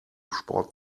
sport